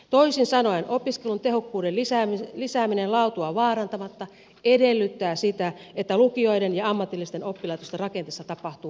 toisin sanoen opiskelun tehokkuuden lisääminen laatua vaarantamatta edellyttää sitä että lukioiden ja ammatillisten oppilaitosten rakenteessa tapahtuu uudistumista